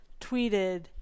tweeted